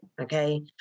okay